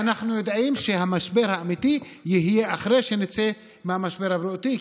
אנחנו יודעים שהמשבר האמיתי יהיה אחרי שנצא מהמשבר הבריאותי.